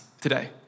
today